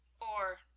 Or